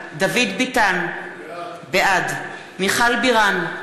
בעד דוד ביטן, בעד מיכל בירן,